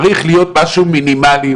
אני ראיתי את החוק.